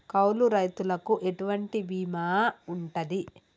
కౌలు రైతులకు ఎటువంటి బీమా ఉంటది?